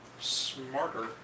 smarter